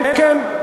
כן, כן.